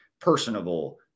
personable